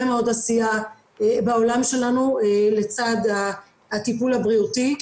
מאוד עשייה בעולם שלנו לצד הטיפול הבריאותי.